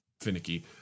finicky